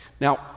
Now